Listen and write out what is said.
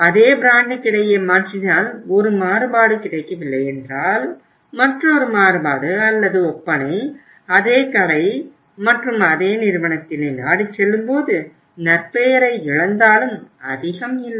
அதே பிராண்டுக்கிடையே மாற்றினால் ஒரு மாறுபாடு கிடைக்கவில்லை என்றால் மற்றொரு மாறுபாடு அல்லது ஒப்பனை அதே கடை மற்றும் அதே நிறுவனத்தினை நாடிச்செல்லும்போது நற்பெயரை இழந்தாலும் அதிகம் இல்லை